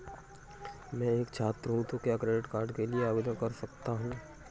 मैं एक छात्र हूँ तो क्या क्रेडिट कार्ड के लिए आवेदन कर सकता हूँ?